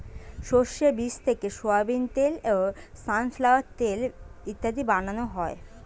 শস্যের বীজ থেকে সোয়াবিন তেল, সানফ্লাওয়ার তেল ইত্যাদি বানানো হয়